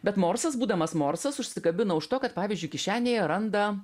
bet morsas būdamas morsas užsikabina už to kad pavyzdžiui kišenėje randa